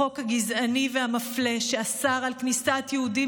החוק הגזעני והמפלה שאסר על כניסת יהודים